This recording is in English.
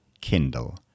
KINDLE